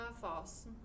False